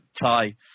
tie